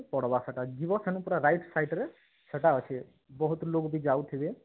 ପଡ଼ବା ସେଟା ଯିବ ସେନୁ ପୁରା ରାଇଟ୍ ସାଇଡ଼୍ରେ ସେଟା ଅଛି ବହୁତ ଲୋକ ବି ଯାଉଥିବେ